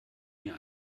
mir